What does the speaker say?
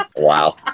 wow